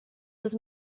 dos